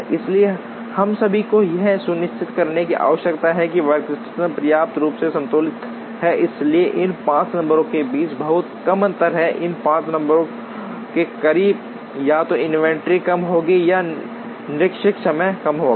इसलिए हम सभी को यह सुनिश्चित करने की आवश्यकता है कि वर्कस्टेशन पर्याप्त रूप से संतुलित हैं इसलिए इन 5 नंबरों के बीच बहुत कम अंतर है इन 5 नंबरों के करीब या तो इन्वेंट्री कम होगी या निष्क्रिय समय कम होगा